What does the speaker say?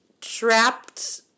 trapped